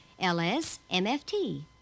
LSMFT